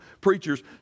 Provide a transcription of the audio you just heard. preachers